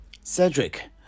Cedric